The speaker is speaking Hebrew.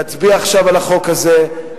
נצביע עכשיו על החוק הזה,